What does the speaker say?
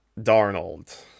Darnold